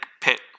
pit